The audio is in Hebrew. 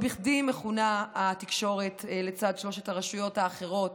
לא בכדי מכונה התקשורת, לצד שלוש הרשויות האחרות